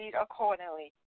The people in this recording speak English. accordingly